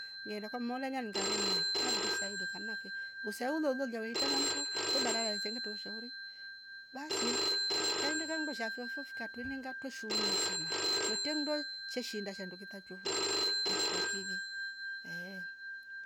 Nyera kwa mmolole le ngarema nyali msaidoka anafe usaulo lolia weita namko fo badala zenga taushauri basi kaenda kangu shafionfo fikatunenga tweshuumia sana kwete mndwe che shinda shandu kitwatwevo ni kutokile ehh